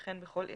וכן בכל אלה: